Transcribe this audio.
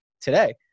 today